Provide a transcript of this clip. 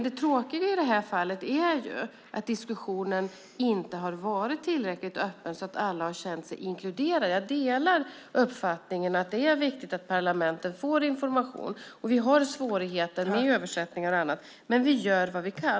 Det tråkiga i det här fallet är att diskussionen inte har varit tillräckligt öppen. Alla har inte känt sig inkluderade. Jag delar uppfattningen att det är viktigt att parlamenten får information. Vi har svårigheter med översättningar och annat, men vi gör vad vi kan.